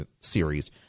series